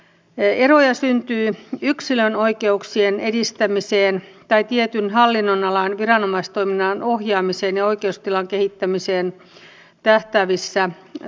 eroja syntyy yksilön oikeuksien edistämiseen tai tietyn hallinnonalan viranomaistoiminnan ohjaamiseen ja oikeustilan kehittämiseen tähtäävissä toimenpiteissä